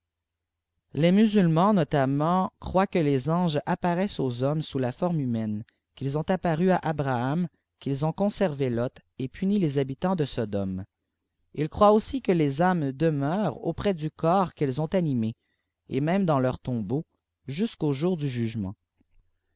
les musulmans notamment croient que les anges apparaissent aux hommes sous la forme humaine qu'ils ont apparu à abraham qu'ils ont conservé loth et puni les habitants de sodôme ils croient aussi que les âmes demeurent auprès du corps qu'elles ont animé et même dans leur tombeau jusqu'au jour du jugement